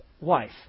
wife